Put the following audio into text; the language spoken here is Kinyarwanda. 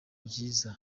byiza